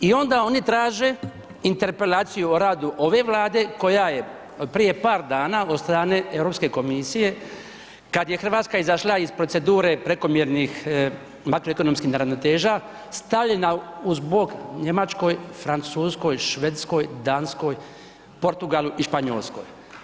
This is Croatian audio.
I onda oni traže interpelacije o radu ove vlade, koja je prije par dana, od strane Europske komisije, kad je Hrvatska izašla iz procedure prekomjernih makroekonomskih neravnoteža, stavljena uz bok, Njemačkoj, Francuskoj, Švedskoj, Danskoj, Portugalu i Španjolskoj.